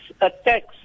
attacks